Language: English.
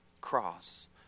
cross